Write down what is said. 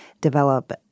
develop